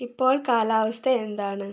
ഇപ്പോള് കാലാവസ്ഥ എന്താണ്